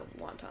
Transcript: wonton